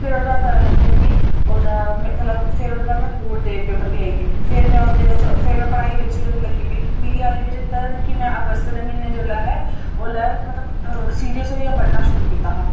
फिर ओह्दे पता लग्गेआ मिगी ओह्दा फिर ओह्दे बाद मेरे बोर्ड दे पेपर बी आइये फिर में उं'दे बिच फिर में पढाई बिच लग्गी पेई मिगी ऐल्ली बी चेता ऐ की में अगस्त दे म्हीने जोल्ले हे ओल्लै में सीरियस होइये पढ़ना शुरू कीता हा